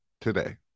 today